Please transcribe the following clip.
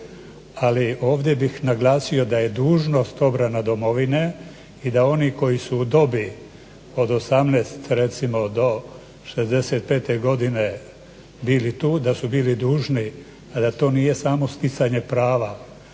Ali ovdje bih naglasio da je dužnost obrana domovine i da oni koji su u dobi od 18 recimo do 65 godine bili tu, da su bili dužni, da to nije samo stjecanje prava.